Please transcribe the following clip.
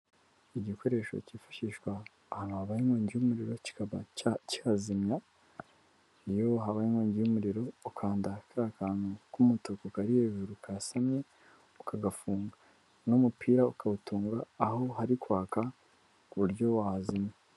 Igikoresho cyifashishwa ahantu habaye inkongi y'umuriro, kikaba cyazimya iyo habaye inkongi y'umuriro, ukanda kaya kantu k'umutuku kari hejuru kasamye, ukagafungura uno mupira ukawutunga aho hari kwaka ku buryo wahazimya.